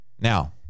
Now